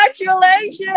Congratulations